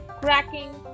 cracking